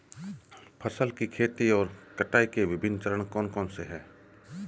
फसल की खेती और कटाई के विभिन्न चरण कौन कौनसे हैं?